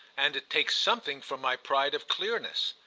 and it takes something from my pride of clearness.